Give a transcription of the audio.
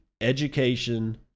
education